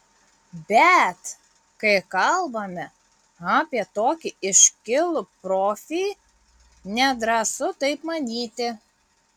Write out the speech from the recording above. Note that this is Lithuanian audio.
bet kai kalbame apie tokį iškilų profį nedrąsu taip manyti